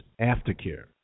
aftercare